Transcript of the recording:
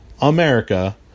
America